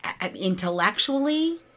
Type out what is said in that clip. intellectually